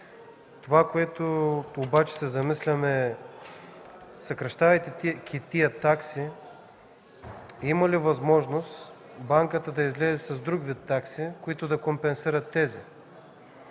и кредитор. Обаче се замислям – съкращавайки тези такси, има ли възможност банката да излезе с друг вид такси, които да компенсират тези?